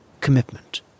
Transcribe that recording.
commitment